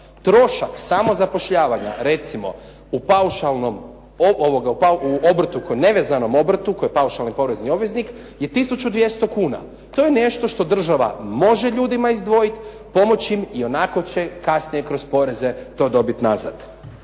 Trošak samozapošljavanje recimo u obrtu ko nevezanom obrtu koji je paušalni porezni obveznik je 1200 kuna. To je nešto što država može ljudima izdvojiti, pomoći im, ionako će kasnije kroz poreze to dobiti nazad.